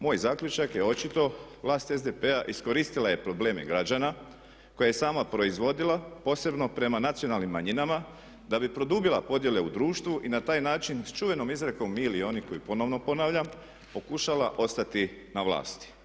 Moj zaključak je očito je vlast SDP-a iskoristila probleme građana koje je sama proizvodila posebno prema nacionalnim manjinama da bi produbila podjele u društvu i na taj način s čuvenom izrekom mi ili oni koju ponovno ponavljam pokušala ostati na vlasti.